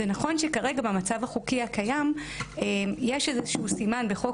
נכון שכרגע במצב החוקי הקיים יש איזה שהוא סימן בחוק